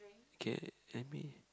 okay let me